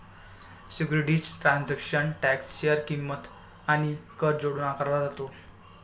securities transaction tax share किंमत आणि कर जोडून आकारला जातो